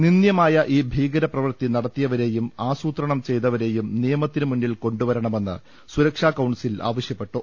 നിന്ദ്യമായ ഈ ഭീകരപ്രവർത്തി നടത്തിയവരേയും ആസൂ ത്രണം ചെയ്തവരേയും നിയമത്തിന് മുന്നിൽ കൊണ്ടുവരണമെന്ന് സുരക്ഷാ കൌൺസിൽ ആവശ്യപ്പെട്ടു